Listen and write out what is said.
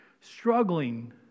struggling